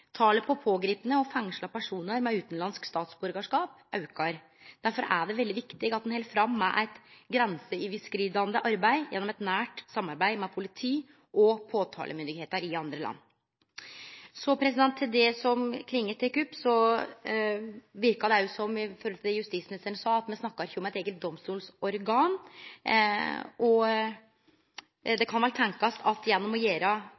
Talet på pågripne og fengsla personar med utanlandsk statsborgarskap aukar. Derfor er det veldig viktig at ein held fram med eit grenseoverskridande arbeid gjennom eit nært samarbeid med politi og påtalemyndigheiter i andre land. Når det gjeld det Klinge tek opp: Det verka òg slik ut frå det som justisministeren sa, at me ikkje snakkar om eit eige domstolsorgan. Det kan vel tenkjast at ein gjennom å